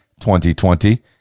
2020